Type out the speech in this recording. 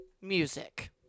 Music